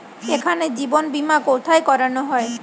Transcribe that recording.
এখানে জীবন বীমা কোথায় করানো হয়?